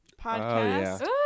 podcast